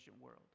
world